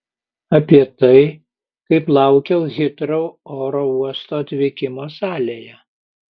apie tai kaip laukiau hitrou oro uosto atvykimo salėje